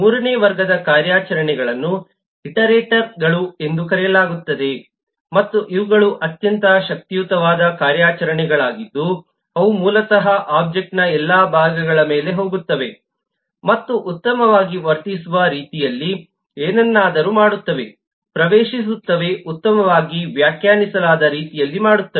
ಮೂರನೇ ವರ್ಗದ ಕಾರ್ಯಾಚರಣೆಗಳನ್ನು ಇಟರೇಟರ್ಗಳು ಎಂದು ಕರೆಯಲಾಗುತ್ತದೆ ಮತ್ತು ಇವುಗಳು ಅತ್ಯಂತ ಶಕ್ತಿಯುತವಾದ ಕಾರ್ಯಾಚರಣೆಗಳಾಗಿದ್ದು ಅವು ಮೂಲತಃ ಒಬ್ಜೆಕ್ಟ್ನ ಎಲ್ಲಾ ಭಾಗಗಳ ಮೇಲೆ ಹೋಗುತ್ತವೆ ಮತ್ತು ಉತ್ತಮವಾಗಿ ವರ್ತಿಸುವ ರೀತಿಯಲ್ಲಿ ಏನನ್ನಾದರೂ ಮಾಡುತ್ತವೆ ಪ್ರವೇಶಿಸುತ್ತವೆ ಉತ್ತಮವಾಗಿ ವ್ಯಾಖ್ಯಾನಿಸಲಾದ ರೀತಿಯಲ್ಲಿ ಮಾಡುತ್ತವೆ